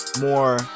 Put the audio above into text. more